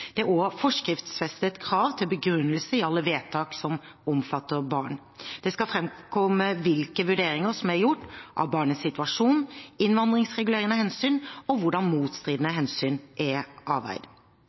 Det er også forskriftsfestet krav til begrunnelse i alle vedtak som omfatter barn. Det skal framkomme hvilke vurderinger som er gjort – av barnets situasjon, innvandringsregulerende hensyn og hvordan